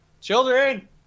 Children